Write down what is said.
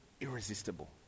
irresistible